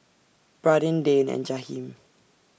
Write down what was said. Bradyn Dayne and Jahiem